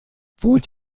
wohnt